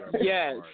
Yes